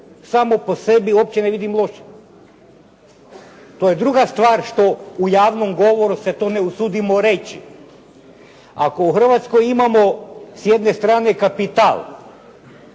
samo po sebi uopće ne vidim loše. To je druga stvar što u javnom govoru se to ne usudimo reći. Ako u Hrvatskoj imamo s jedne strane kapital